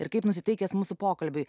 ir kaip nusiteikęs mūsų pokalbiui